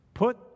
Put